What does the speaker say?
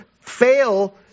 fail